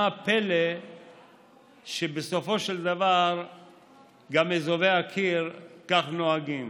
מה הפלא שבסופו של דבר גם אזובי הקיר כך נוהגים?